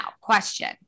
question